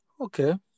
Okay